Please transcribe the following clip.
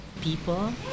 people